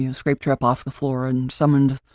you know scraped her up off the floor and summoned,